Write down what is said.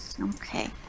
Okay